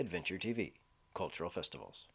adventure t v cultural festivals